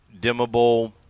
dimmable